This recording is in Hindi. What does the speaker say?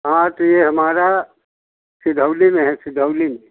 हाँ तो ये हमारा सिधौली में है सिधौली में